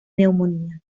neumonía